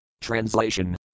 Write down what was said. Translation